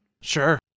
sure